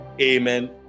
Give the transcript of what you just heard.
amen